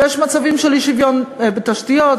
ויש מצבים של אי-שוויון בתשתיות,